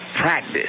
practice